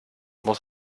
muss